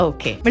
Okay